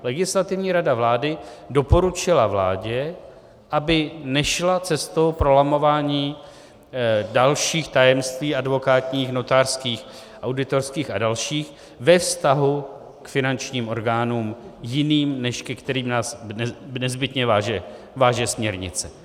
Legislativní rada vlády doporučila vládě, aby nešla cestou prolamování dalších tajemství advokátních, notářských, auditorských a dalších ve vztahu k finančním orgánům jiným, než ke kterým nás nezbytně váže směrnice.